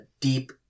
deep